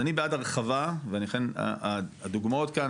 אז אני בעד הרחבה והדוגמאות כאן,